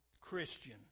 Christian